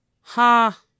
ha